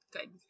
Good